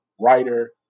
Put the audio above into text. writer